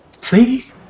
See